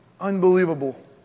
Unbelievable